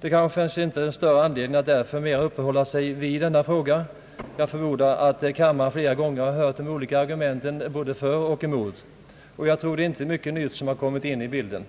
Det kanske därför inte finns någon större anledning att uppehålla sig nämnvärt vid denna fråga. Jag förmodar att kammaren flera gånger har hört de olika argumenten för och emot. Jag tror inte att det är mycket nytt som har kommit in i bilden.